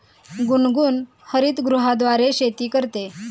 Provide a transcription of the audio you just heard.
गुनगुन हरितगृहाद्वारे शेती करते